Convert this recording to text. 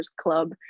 Club